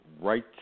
right